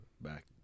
back